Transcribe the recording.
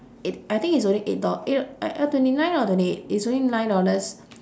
eight I think it's only eight do~ eh no ah twenty nine or twenty eight it's only nine dollars